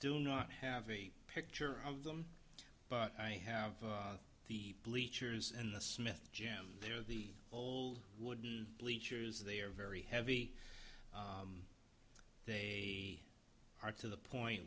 do not have a picture of them but i have the bleachers and the smith gym there the old wooden bleachers they are very heavy they are to the point